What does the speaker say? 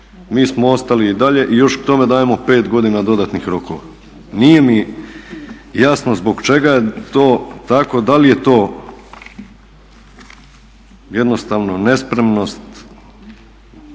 Mi smo ostali i dalje i još k tome dajemo 5 godina dodatnih rokova. Nije mi jasno zbog čega je to tako, da li je to jednostavno nespremnost.